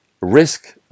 risk